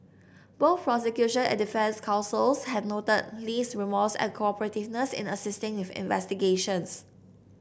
both prosecution and defence counsels had noted Lee's remorse and cooperativeness in assisting if investigations